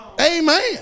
Amen